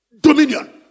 Dominion